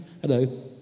hello